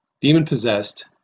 demon-possessed